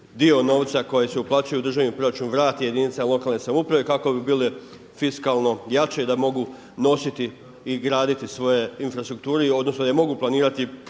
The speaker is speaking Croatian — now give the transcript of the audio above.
dio novac koji se uplaćuje u državni proračun vrati jedinicama lokalne samouprave kako bi bile fiskalno jače da mogu nositi i graditi svoje infrastrukture, odnosno da mogu planirati